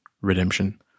redemption